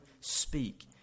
speak